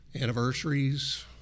anniversaries